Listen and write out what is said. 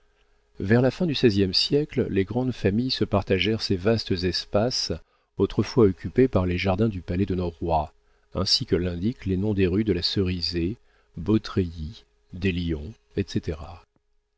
vers la fin du seizième siècle les grandes familles se partagèrent ces vastes espaces autrefois occupés par les jardins du palais de nos rois ainsi que l'indiquent les noms des rues de la cerisaie beautreillis des lions etc